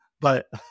but-